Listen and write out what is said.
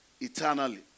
eternally